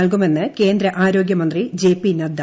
നൽകുമെന്ന് കേന്ദ്രആരോഗ്യമന്ത്രി J P Nadda